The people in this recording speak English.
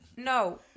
No